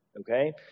Okay